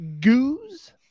Goose